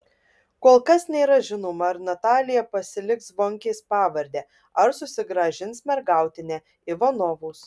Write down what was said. kol kas nėra žinoma ar natalija pasiliks zvonkės pavardę ar susigrąžins mergautinę ivanovos